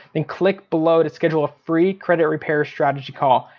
then click below to schedule a free credit repair strategy call.